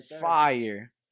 fire